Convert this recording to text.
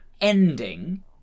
ending